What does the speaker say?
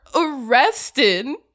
arrested